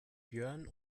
björn